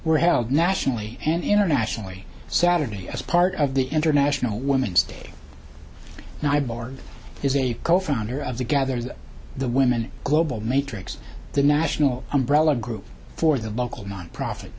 were held nationally and internationally saturday as part of the international women's day now borg is a co founder of the gathers the women global matrix the national umbrella group for the local nonprofit